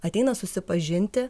ateina susipažinti